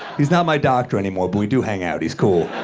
he's not my doctor anymore, but we do hang out. he's cool.